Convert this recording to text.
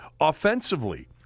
offensively